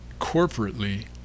corporately